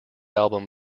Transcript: album